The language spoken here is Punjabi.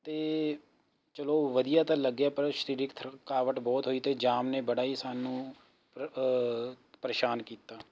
ਅਤੇ ਚਲੋ ਵਧੀਆ ਤਾਂ ਲੱਗਿਆ ਪਰ ਸਰੀਰਕ ਥਕਾਵਟ ਬਹੁਤ ਹੋਈ ਅਤੇ ਜਾਮ ਨੇ ਬੜਾ ਹੀ ਸਾਨੂੰ ਪਰੇਸ਼ਾਨ ਕੀਤਾ